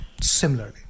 similarly